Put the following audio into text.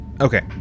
Okay